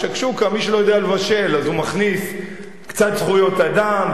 מי שלא יודע לבשל מכניס קצת זכויות אדם,